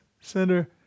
center